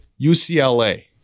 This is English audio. UCLA